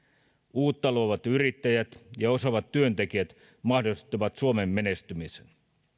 uutta luovat yrittäjät ja osaavat työntekijät mahdollistavat suomen menestymisen